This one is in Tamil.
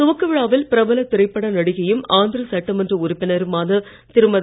துவக்க விழாவில் பிரபல திரைப்பட நடிகையும் ஆந்திர சட்டமன்ற உறுப்பினருமான திருமதி